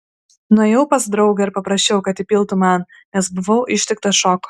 nuėjau pas draugą ir paprašiau kad įpiltų man nes buvau ištiktas šoko